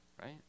right